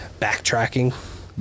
backtracking